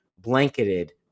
blanketed